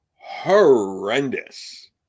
horrendous